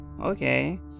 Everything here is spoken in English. okay